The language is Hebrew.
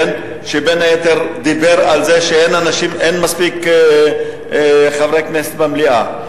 בין היתר דיבר על זה שאין מספיק חברי כנסת במליאה.